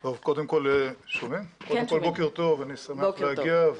קודם כל בוקר טוב, אני שמח להגיע.